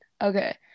Okay